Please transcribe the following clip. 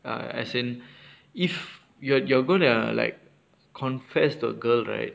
ah as in if you are you're gonna like confess to a girl right